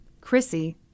Chrissy